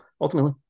ultimately